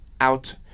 out